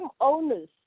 owners